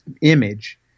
image